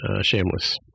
Shameless